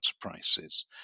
prices